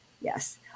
Yes